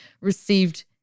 received